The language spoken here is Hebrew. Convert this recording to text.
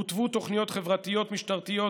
הותוו תוכניות חברתיות משטרתיות,